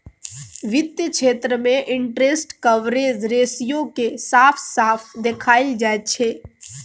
वित्त क्षेत्र मे इंटरेस्ट कवरेज रेशियो केँ साफ साफ देखाएल जाइ छै